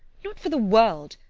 not for the world!